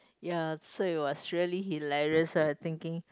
ya so it was really hilarious uh thinking